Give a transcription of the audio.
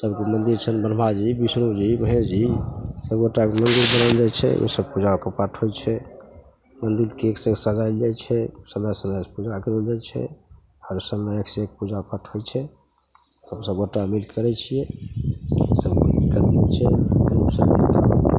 सभके मन्दिर छनि ब्रह्माजी विष्णुजी महेशजी सभगोटाके मन्दिर बनेने छै ओसब पूजाके पाठ होइ छै मन्दिरके एकसे एक सजाएल जाइ छै समय समयपर पूजा करल जाइ छै हर समय एकसे एक पूजा पाठ होइ छै सबटा सभगोटा मिलिके करै छिए एहिना चलै छै